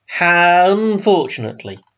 Unfortunately